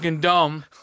dumb